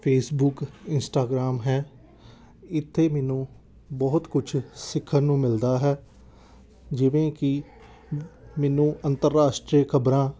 Facebook Instagram ਹੈ ਇੱਥੇ ਮੈਨੂੰ ਬਹੁਤ ਕੁਛ ਸਿੱਖਣ ਨੂੰ ਮਿਲਦਾ ਹੈ ਜਿਵੇਂ ਕਿ ਮੈਨੂੰ ਅੰਤਰਰਾਸ਼ਟਰੀ ਖ਼ਬਰਾਂ